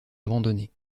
abandonnés